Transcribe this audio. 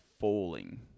falling